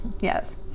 yes